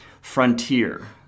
Frontier